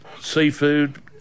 seafood